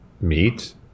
meat